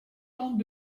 tentent